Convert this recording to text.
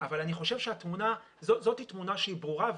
זאת תמונה שהיא ברורה.